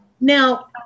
Now